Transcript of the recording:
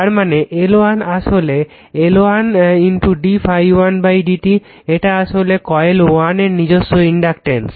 তারমানে L1 আসলে L1 d ∅1 d i1 এটা আসলে কয়েল 1 এর নিজস্ব ইনডাকটেন্স